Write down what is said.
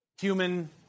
human